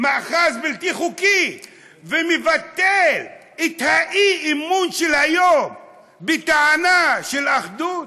מאחז בלתי חוקי ומבטל את האי-אמון של היום בטענה של אחדות,